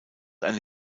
eine